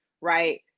right